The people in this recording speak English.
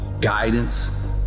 guidance